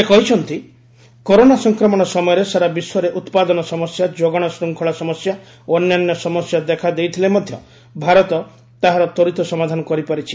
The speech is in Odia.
ସେ କହିଛନ୍ତି କରୋନା ସଂକ୍ରମଣ ସମୟରେ ସାରା ବିଶ୍ୱରେ ଉତ୍ପାଦନ ସମସ୍ୟା ଯୋଗାଣ ଶୃଙ୍ଖଳା ସମସ୍ୟା ଓ ଅନ୍ୟାନ୍ୟ ସମସ୍ୟା ଦେଖାଦେଇଥିଲେ ମଧ୍ୟ ଭାରତ ତାହାର ତ୍ୱରିତ ସମାଧାନ କରିପାରିଛି